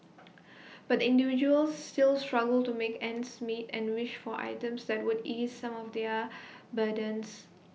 but the individuals still struggle to make ends meet and wish for items that would ease some of their burdens